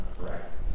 correct